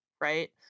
right